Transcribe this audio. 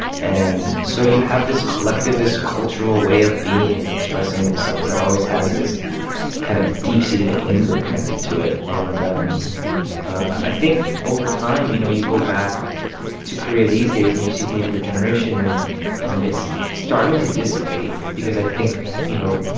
and so you have this collectivist cultural way of being and expressing themselves that always has this kind of deep-seated anger connected to it. and um i think over time, you know, you go back to korea these days, and you see the younger generation. and um it's starting to dissipate because i think, you know,